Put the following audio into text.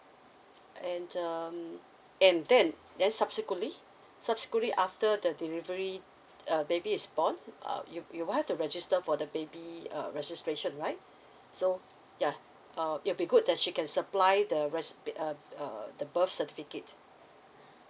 and um and then then subsequently subsequently after the delivery uh baby is born uh you you will have to register for the baby uh registration right so ya uh it'll be good that she can supply the rest uh uh the birth certificate